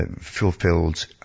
fulfilled